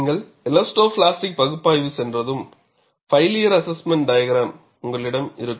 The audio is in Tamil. நீங்கள் எலாஸ்டோபிளாஸ்டிக் பகுப்பாய்வு சென்றதும் ஃபைலியர் அஸஸ்மென்ட் டயக்ரம் உங்களிடம் இருக்கும்